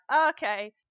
okay